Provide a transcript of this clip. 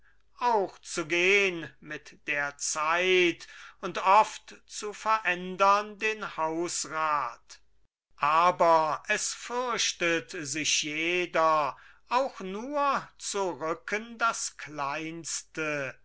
auch zu gehn mit der zeit und oft zu verändern den hausrat aber es fürchtet sich jeder auch nur zu rücken das kleinste